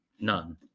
none